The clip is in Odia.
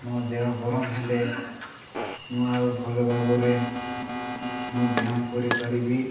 ମୋ ଦେହ ଗରମ ହେଲେ ମୁଁ ଆଉ ଭଲ ଭାବରେ ମୁଁ ବ୍ୟାୟାମ କରିପାରିବି